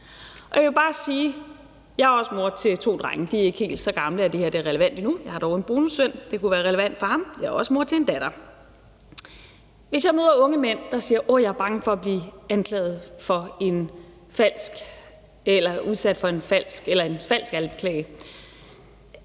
jeg er mor til to drenge. De er ikke helt så gamle, at det her er relevant for dem endnu. Jeg har dog også en bonussøn, og det kunne være relevant for ham, og så jeg er også mor til en datter. Hvis jeg møder unge mænd, der siger, at de er bange for at blive udsat for en falsk anklage,